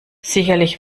sicherlich